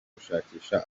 gushakisha